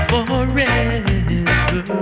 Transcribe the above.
Forever